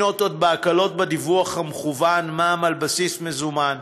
בהקלות בדיווח המקוון אני יכול למנות: מע"מ על בסיס מזומן,